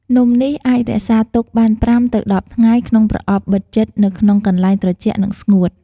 នំនេះអាចរក្សាទុកបាន ៥ ទៅ ១០ថ្ងៃក្នុងប្រអប់បិទជិតនៅក្នុងកន្លែងត្រជាក់និងស្ងួត។